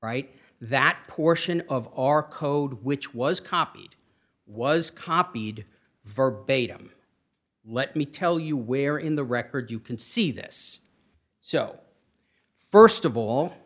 right that portion of our code which was copied was copied verbatim let me tell you where in the record you can see this so st of all